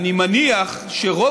אני מניח שלכן,